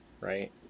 right